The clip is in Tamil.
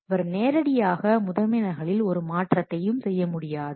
அவர் நேரடியாக முதன்மை நகலில் ஒரு மாற்றத்தையும் செய்ய முடியாது